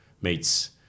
meets